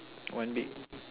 one big